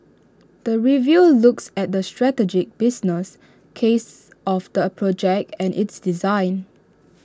the review looks at the strategic business case of the project and its design